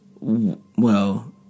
Well